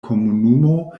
komunumo